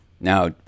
Now